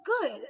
good